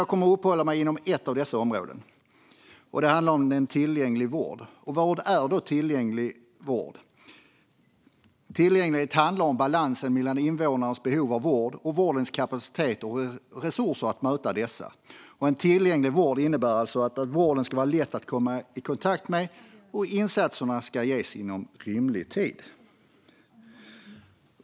Jag kommer att uppehålla mig vid ett av dessa områden, och det handlar om tillgänglig vård. Vad är då tillgänglig vård? Tillgänglighet handlar om balansen mellan invånarnas behov av vård och vårdens kapacitet och resurser att möta dessa behov. En tillgänglig vård innebär alltså att vården ska vara lätt att komma i kontakt med och att insatserna ska ges inom rimlig tid.